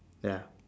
ya